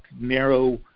narrow